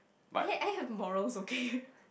I have I have morals okay